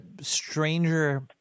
stranger